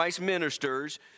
ministers